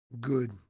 Good